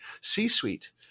C-suite